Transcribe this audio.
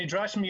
נדרש,